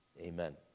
Amen